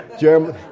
Jeremy